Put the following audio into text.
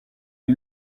est